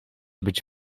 być